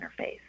interface